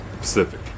Pacific